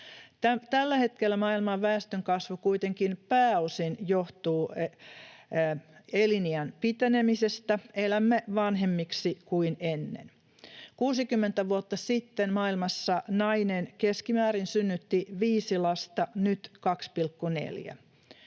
Tällä hetkellä maailman väestönkasvu kuitenkin johtuu pääosin eliniän pitenemisestä. Elämme vanhemmiksi kuin ennen. 60 vuotta sitten maailmassa nainen synnytti keskimäärin viisi lasta, nyt 2,4.